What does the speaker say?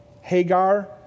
Hagar